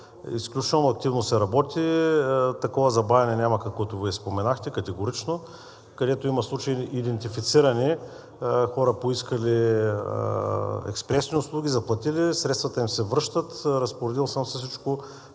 Изключително активно се работи, такова забавяне няма, каквото Вие споменахте, категорично. Където има случаи, идентифицирани – хора, поискали експресни услуги, заплатили, средствата им се връщат. Разпоредил съм се всичко